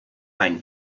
ein